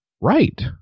right